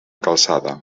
calçada